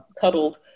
Cuddled